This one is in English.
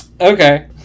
okay